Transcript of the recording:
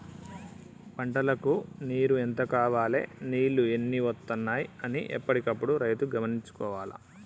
పంటలకు నీరు ఎంత కావాలె నీళ్లు ఎన్ని వత్తనాయి అన్ని ఎప్పటికప్పుడు రైతు గమనించుకోవాలె